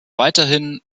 weiterhin